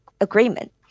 Agreement